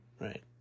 Right